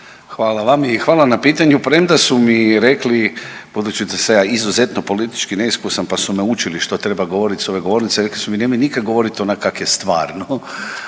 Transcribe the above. Hvala vam i hvala na pitanju. Premda su mi rekli, budući da sam ja izuzetno politički neiskusan, pa su me učili što treba govorit s ove govornice, rekli su mi nemoj nikad govorit onak kak je stvarno.